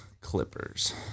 Clippers